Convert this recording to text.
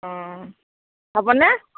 হ'বনে